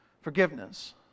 Forgiveness